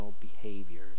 behaviors